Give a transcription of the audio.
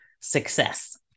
success